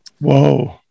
Whoa